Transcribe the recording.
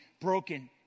broken